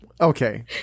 Okay